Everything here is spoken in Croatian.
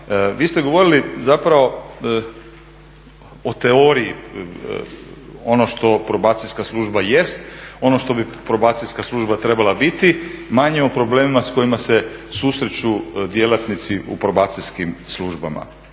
Vi ste govorili zapravo o teoriji ono što probacijska služba jest, ono što bi probacijska služba trebala biti, manje o problemima s kojima se susreću djelatnici u probacijskim službama.